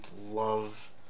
love